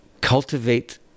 Cultivate